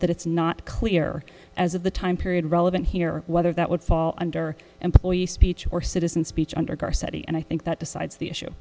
that it's not clear as of the time period relevant here whether that would fall under employee speech or citizen speech under garci and i think that decides the issue